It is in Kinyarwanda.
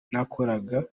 nakoraga